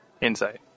Insight